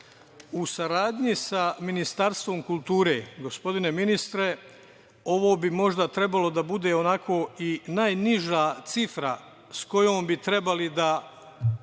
saradnji sa Ministarstvom kulture, gospodine ministre, ovo bi možda trebalo da bude onako i najniža cifra na koju bi trebali da